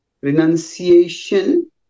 renunciation